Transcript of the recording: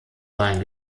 seinen